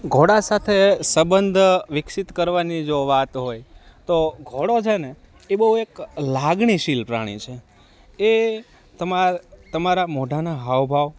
ઘોડા સાથે સબંધ વિકસિત કરવાની જો વાત હોય તો ઘોડો છે ને ઈ બઉ એક લાગણીશીલ પ્રાણી છે એ તમાર તમારા મોઢાના હાવભાવ